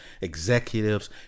executives